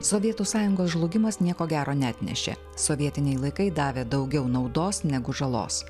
sovietų sąjungos žlugimas nieko gero neatnešė sovietiniai laikai davė daugiau naudos negu žalos